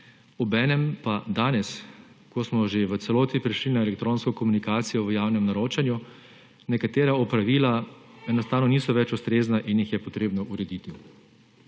Obenem pa danes, ko smo že v celoti prešli na elektronsko komunikacijo v javnem naročanju, nekatera opravila enostavno niso več ustrezna in jih je potrebno urediti. Seveda